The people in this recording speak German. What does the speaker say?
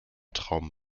traum